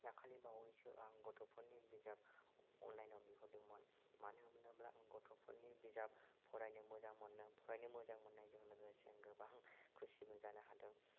दाखालि बावैसो आं गथ'फोरनि बिजाब अनलाइनाव बिहरदोंमोन मानोहोनोब्ला आं गथ'फोरनि बिजाब फरायनो मोजां मोनो फरायनो मोजां मोननायजों लोगोसे आं गोबां खुसिबो जानो हादों